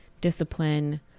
discipline